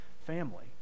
family